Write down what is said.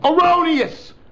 Erroneous